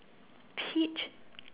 peach